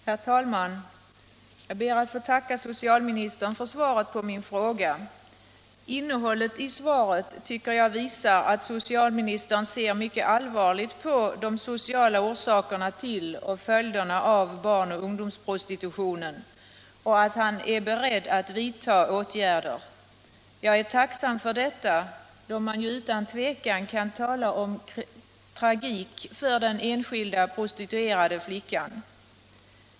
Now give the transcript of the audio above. Herr talman! Jag ber att få tacka socialministern för svaret på min fråga. Innehållet i svaret visar att socialministern ser mycket allvarligt på de sociala orsakerna till och följderna av barn och ungdomsprostitutionen och att han är beredd att vidta åtgärder. Jag är tacksam för det, då man utan tvivel kan tala om tragik för den enskilda prostituerade flickan.